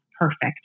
perfect